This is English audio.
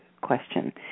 question